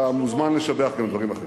אתה מוזמן לשבח גם דברים אחרים,